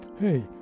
Hey